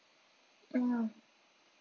oh